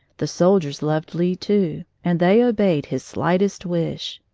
the soldiers loved lee, too, and they obeyed his slightest wish.